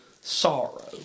sorrow